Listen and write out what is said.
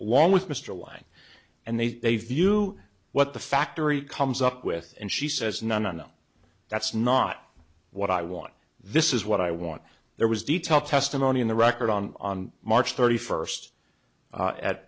along with mr wang and they view what the factory comes up with and she says none no that's not what i want this is what i want there was detailed testimony in the record on march thirty first a